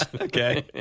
Okay